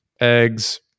Eggs